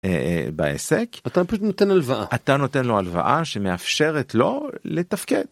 בעסק אתה נותן לו הלוואה שמאפשרת לו לתפקד.